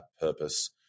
purpose